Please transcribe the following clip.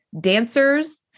dancers